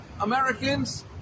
Americans